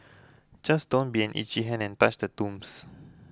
just don't be an itchy hand and touch the tombs